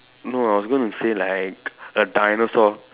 no I was going to say like a dinosaur